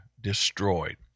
destroyed